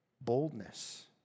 boldness